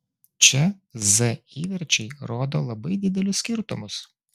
čia z įverčiai rodo labai didelius skirtumus